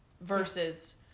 versus